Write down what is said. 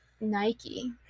nike